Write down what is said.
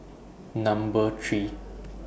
Number three